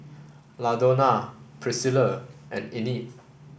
Ladonna Priscilla and Enid